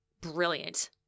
brilliant